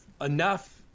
Enough